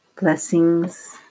Blessings